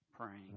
praying